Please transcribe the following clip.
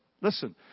Listen